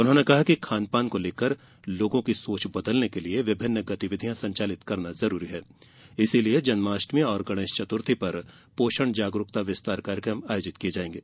उन्होंने कहा कि खान पान को लेकर लोगों की सोच बदलने के लिये विभिन्न गतिविधियाँ संचालित करना जरूरी है इसीलिए जन्माष्टमी और गणेश चतुर्थी पर पोषण जागरूकता विस्तार कार्यक्रम आयोजित किये जायेंगे